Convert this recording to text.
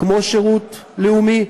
כמו שירות לאומי.